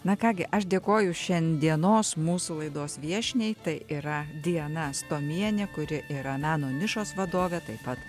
na ką gi aš dėkoju šiandienos mūsų laidos viešniai tai yra diana stomienė kuri yra meno nišos vadovė taip pat